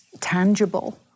tangible